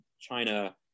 China